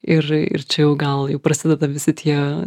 ir ir čia jau gal jau prasideda visi tie